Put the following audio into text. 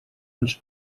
ens